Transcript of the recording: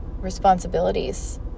responsibilities